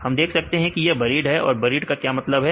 हम देख सकते हैं कि यह बरीड है बरीड का क्या मतलब है